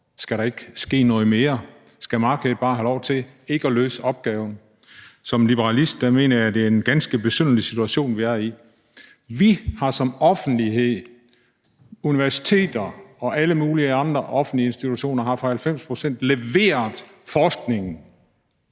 Skal der ikke ske noget mere? Skal markedet bare have lov til ikke at løse opgaven? Som liberalist mener jeg, det er en ganske besynderlig situation, vi er i. Vi har som offentlighed – universiteter og alle mulige andre offentlige institutioner – for 90 pct.s vedkommende